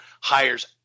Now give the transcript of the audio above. hires